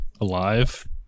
alive